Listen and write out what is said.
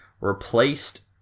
replaced